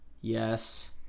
Yes